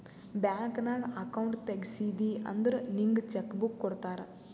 bank ನಾಗ್ account ತೆಗ್ಸಿದಿ ಅಂದುರ್ ನಿಂಗ್ ಚೆಕ್ ಬುಕ್ ಕೊಡ್ತಾರ್